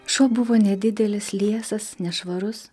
šuo buvo nedidelis liesas nešvarus